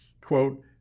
Quote